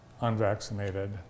unvaccinated